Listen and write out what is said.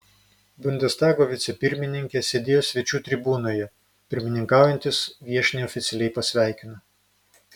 bundestago vicepirmininkė sėdėjo svečių tribūnoje pirmininkaujantis viešnią oficialiai pasveikino